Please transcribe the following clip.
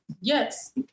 Yes